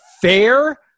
fair